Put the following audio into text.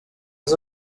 les